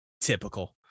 Typical